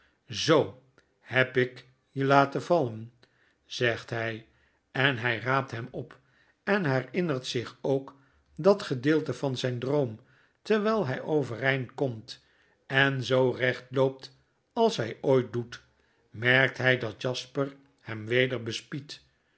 zoo heb ik je laten vallen zegt hy en hij raapt hem op en herinnert zich ook dat gedeelte van zijn droom terwijl hy overeind kbmt en zoo recht loopt als hij ooit doet merkt hy dat jasper hem weder